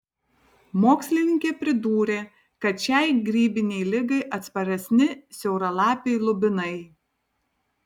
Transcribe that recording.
mokslininkė pridūrė kad šiai grybinei ligai atsparesni siauralapiai lubinai